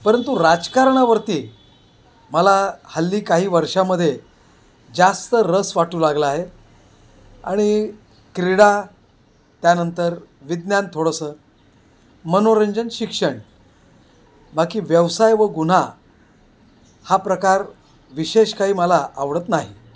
परंतु राजकारणावरती मला हल्ली काही वर्षामध्ये जास्त रस वाटू लागला आहे आणि क्रीडा त्यानंतर विज्ञान थोडंसं मनोरंजन शिक्षण बाकी व्यवसाय व गुन्हा हा प्रकार विशेष काही मला आवडत नाही